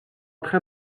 train